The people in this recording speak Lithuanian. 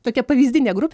tokia pavyzdinė grupė